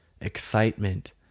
Excitement